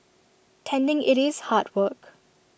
tending IT is hard work